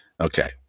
Okay